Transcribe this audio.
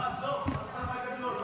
עזוב צריך צבא גדול.